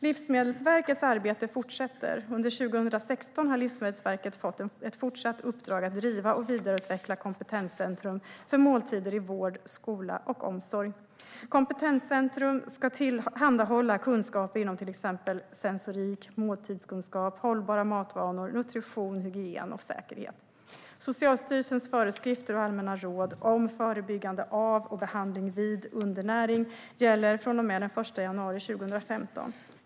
Livsmedelsverkets arbete fortsätter. Under 2016 har Livsmedelsverket fått ett fortsatt uppdrag att driva och vidareutveckla kompetenscentrum för måltider i vård, skola och omsorg. Kompetenscentrum ska tillhandahålla kunskaper inom till exempel sensorik, måltidskunskap, hållbara matvanor, nutrition, hygien och säkerhet. Socialstyrelsens föreskrifter och allmänna råd om förebyggande av och behandling vid undernäring gäller från och med den 1 januari 2015.